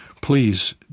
please